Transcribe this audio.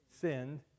sinned